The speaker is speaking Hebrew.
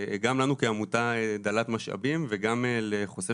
גם לנו כעמותה דלת משאבים וגם לחושף